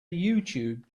youtube